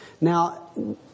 Now